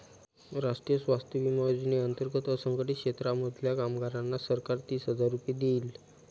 राष्ट्रीय स्वास्थ्य विमा योजने अंतर्गत असंघटित क्षेत्रांमधल्या कामगारांना सरकार तीस हजार रुपये देईल